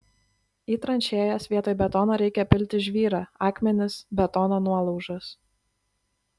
į tranšėjas vietoj betono reikia pilti žvyrą akmenis betono nuolaužas